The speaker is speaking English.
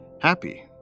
Happy